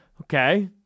Okay